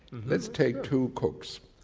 let's take two cooks,